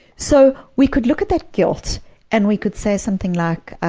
so we could look at that guilt and we could say something like,